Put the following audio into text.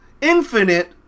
infinite